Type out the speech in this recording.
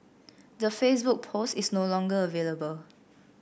the Facebook post is no longer available